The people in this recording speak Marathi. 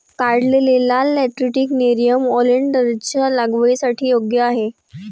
काढलेले लाल लॅटरिटिक नेरियम ओलेन्डरच्या लागवडीसाठी योग्य आहे